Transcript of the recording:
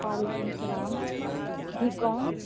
وعلیکم سلام جی کون